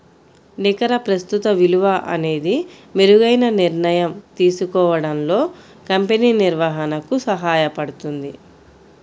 నికర ప్రస్తుత విలువ అనేది మెరుగైన నిర్ణయం తీసుకోవడంలో కంపెనీ నిర్వహణకు సహాయపడుతుంది